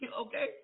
Okay